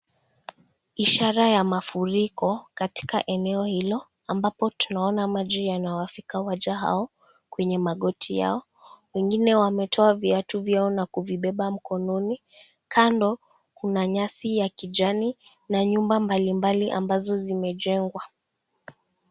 Ishara ya mafuriko katika eneo hilo, ambapo tunaona maji yabawafika waja hao kwenye magoti yao. Wengine wametoa viatu vyao na kuvibeba mkononi. Kando, kuna nyasi ya kijani na nyumba mbalimbali ambazo zimejengwa